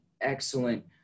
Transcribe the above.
excellent